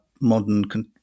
modern